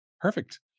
Perfect